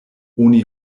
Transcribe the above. oni